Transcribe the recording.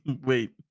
Wait